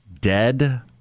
Dead